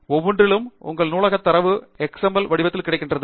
எவ்வாறெனினும் உங்களுடைய நூலகத் தரவு எக்ஸ்எம்எல் வடிவத்தில் கிடைக்கிறது